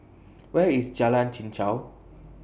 Where IS Jalan Chichau